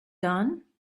done